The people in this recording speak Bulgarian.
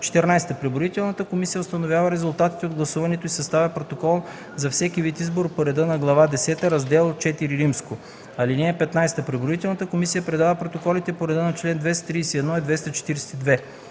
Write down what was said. (14) Преброителната комисия установява резултатите от гласуването и съставя протокол за всеки вид избор по реда на Глава десета, Раздел IV. (15) Преброителната комисия предава протоколите по реда на чл. 231 и 242.